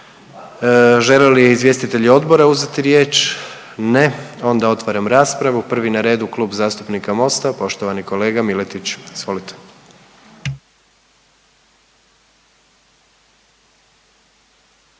Žele li izvjestitelji odbora uzeti riječ? Ne. Onda otvaram raspravu. Prvi na redu, Klub zastupnika Mosta, poštovani kolega Miletić, izvolite.